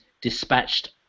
dispatched